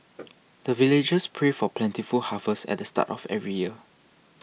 the villagers pray for plentiful harvest at the start of every year